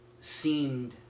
seemed